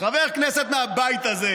חבר כנסת מהבית הזה,